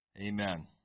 Amen